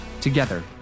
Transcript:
Together